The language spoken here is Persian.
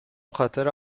بخاطر